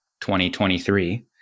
2023